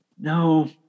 no